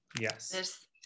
Yes